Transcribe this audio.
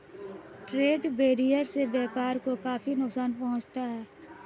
trade barrier से व्यापार को काफी नुकसान पहुंचता है